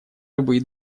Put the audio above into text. любые